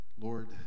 Lord